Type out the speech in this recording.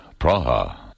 Praha. (